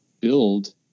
build